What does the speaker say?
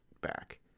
back